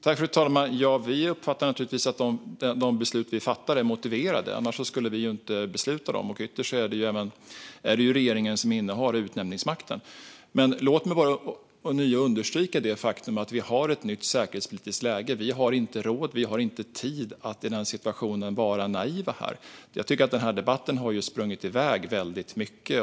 Fru talman! Vi uppfattar naturligtvis att de beslut vi fattar är motiverade - annars skulle vi inte fatta dem. Ytterst är det regeringen som innehar utnämningsmakten. Men låt mig ånyo understryka det faktum att vi har ett nytt säkerhetspolitiskt läge. Vi har varken råd eller tid att i denna situation vara naiva. Jag tycker att denna debatt har sprungit iväg väldigt mycket.